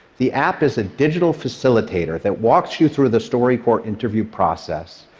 the app is a digital facilitator that walks you through the storycorps interview process,